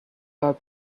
our